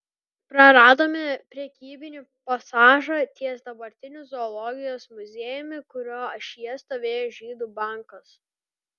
praradome prekybinį pasažą ties dabartiniu zoologijos muziejumi kurio ašyje stovėjo žydų bankas